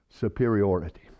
superiority